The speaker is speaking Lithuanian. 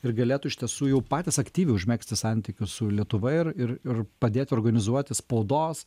ir galėtų iš tiesų jau patys aktyviai užmegzti santykius su lietuva ir ir ir padėt organizuoti spaudos